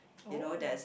oh